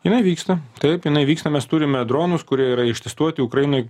jinai vyksta taip jinai vyksta mes turime dronus kurie yra ištestuoti ukrainoj